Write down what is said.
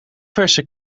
verse